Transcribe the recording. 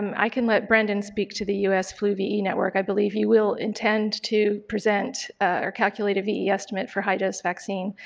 i can let brendan speak to the us flu ve network, i believe he will intend to present or calculate a ve estimate for high dose vaccine.